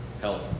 help